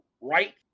right